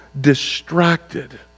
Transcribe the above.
distracted